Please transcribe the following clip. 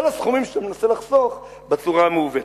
הסכומים שאתה מנסה לחסוך בצורה מעוותת.